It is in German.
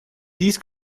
dies